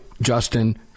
Justin